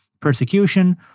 Persecution